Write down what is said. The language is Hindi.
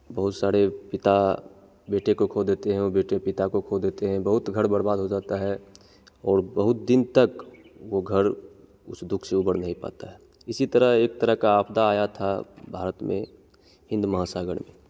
बहुत सारे पिता बेटे को खो देते हैं और बेटे पिता को खो देते हैं बहुत घर बर्बाद हो जाता है और बहुत दिन तक वो घर उस दुख से उबर नहीं पाता है इसी तरह एक तरह का आपदा आया था भारत में हिंद महासागर में